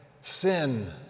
sin